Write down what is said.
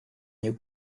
you